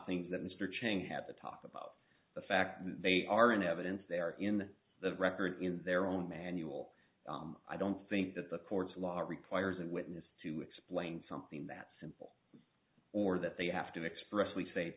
things that mr cheney had to talk about the fact they are in evidence they are in the record in their own manual i don't think that the courts of law requires a witness to explain something that simple or that they have to expressly say